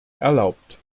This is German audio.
erlaubt